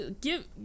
Give